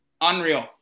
unreal